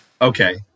Okay